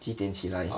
几点起来